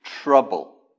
trouble